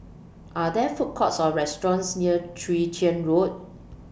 Are There Food Courts Or restaurants near Chwee Chian Road